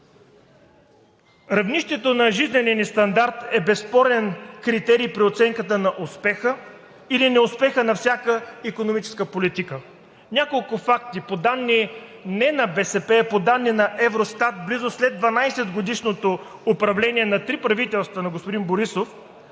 Равнището на жизнения ни стандарт е безспорен критерий при оценката на успеха или неуспеха на всяка икономическа политика. Няколко факти. По данни – не на БСП, а по данни на Евростат, след близо 12-годишното управление на три правителства на господин Борисов